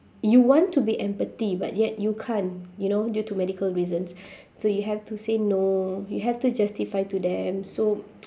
you want to be empathy but yet you can't you know due to medical reasons so you have to say no you have to justify to them so